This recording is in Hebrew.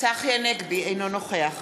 אינו נוכח